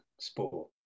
sport